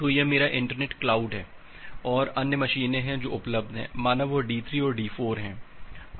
तो यह मेरा इंटरनेट क्लाउड है और अन्य मशीनें हैं जो उपलब्ध हैं माना वह D3 और D4 हैं